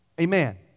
Amen